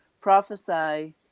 prophesy